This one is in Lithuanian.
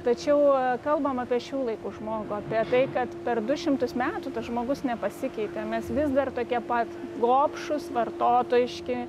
tačiau kalbam apie šių laikų žmogų apie tai kad per du šimtus metų tas žmogus nepasikeitė mes vis dar tokie pat gobšūs vartotojiški